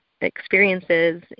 experiences